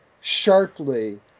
sharply